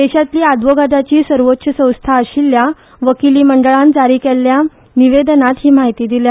देशातली आदोगादाची सर्वोच्च संस्था आशिल्ल्या वकीली मंडळान जारी केल्ल्या निवेदनात ही म्हायती दिल्या